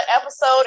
episode